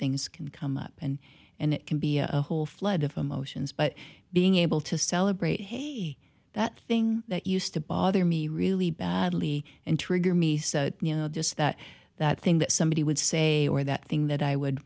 things can come up and and it can be a whole flood of emotions but being able to celebrate hey that thing that used to bother me really badly and trigger me so you know this that that thing that somebody would say or that thing that i would